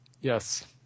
Yes